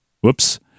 Whoops